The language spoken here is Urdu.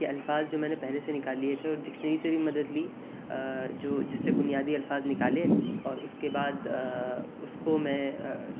کہ الفاظ جو میں نے پہلے نکال لیے تھے اور ڈکشنری سے بھی مدد لی جو جس سے بنیادی الفاظ نکالے اور اس کے بعد اس کو میں